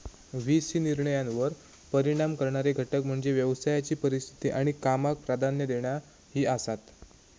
V C निर्णयांवर परिणाम करणारे घटक म्हणजे व्यवसायाची परिस्थिती आणि कामाक प्राधान्य देणा ही आसात